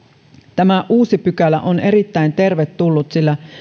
tämä uusi pykälä on erittäin tervetullut sillä